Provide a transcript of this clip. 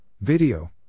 Video